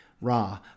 ra